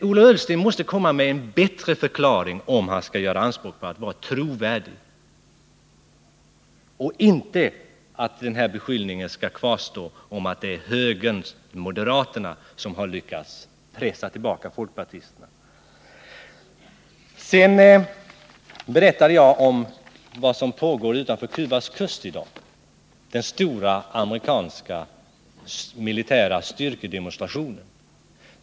Ola Ullsten måste komma med en bättre förklaring om han skall göra anspråk på att vara trovärdig och om inte beskyllningen skall kvarstå att det är moderaterna som har lyckats pressa tillbaka folkpartisterna. Jag berättade vad som pågår utanför Cubas kust i dag, nämligen den stora amerikanska militära styrkedemonstrationen.